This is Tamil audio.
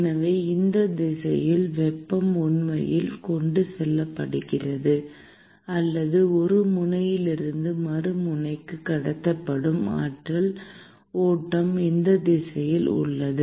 எனவே இந்த திசையில் வெப்பம் உண்மையில் கொண்டு செல்லப்படுகிறது அல்லது ஒரு முனையிலிருந்து மறுமுனைக்குக் கடத்தப்படும் ஆற்றல் ஓட்டம் இந்த திசையில் உள்ளது